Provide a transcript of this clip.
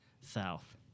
south